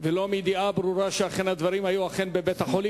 ולא מידיעה ברורה שאכן הדברים היו בבית-החולים.